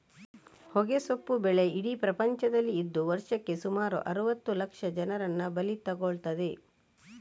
ಹೊಗೆಸೊಪ್ಪು ಬೆಳೆ ಇಡೀ ಪ್ರಪಂಚದಲ್ಲಿ ಇದ್ದು ವರ್ಷಕ್ಕೆ ಸುಮಾರು ಅರುವತ್ತು ಲಕ್ಷ ಜನರನ್ನ ಬಲಿ ತಗೊಳ್ತದೆ